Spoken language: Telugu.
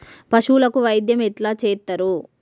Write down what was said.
పశువులకు వైద్యం ఎట్లా చేత్తరు?